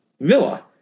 Villa